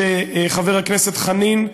חבר הכנסת חנין,